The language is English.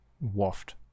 waft